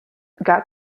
got